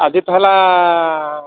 ଆଜି ତ ହେଲା